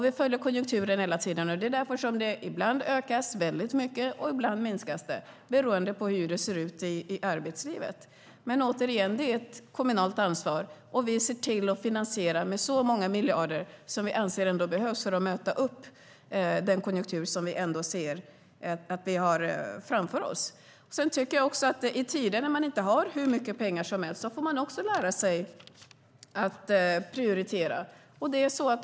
Vi följer konjunkturen hela tiden, och därför ökas utbildningen ibland kraftigt och minskas ibland, allt beroende på hur det ser ut i arbetslivet. Det är ett kommunalt ansvar, och vi ser till att finansiera med så många miljarder som vi anser behövs för att kunna möta den konjunktur som vi ser framför oss. I tider när man inte har hur mycket pengar som helst får man lära sig att prioritera.